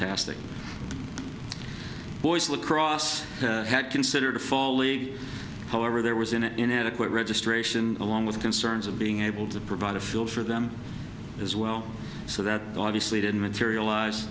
fantastic boys lacrosse had considered a fall league however there was an inadequate registration along with concerns of being able to provide a field for them as well so that obviously didn't materiali